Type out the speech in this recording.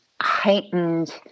heightened